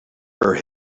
her